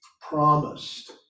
promised